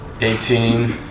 Eighteen